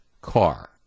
car